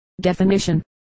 Definition